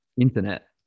internet